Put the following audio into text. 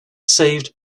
saved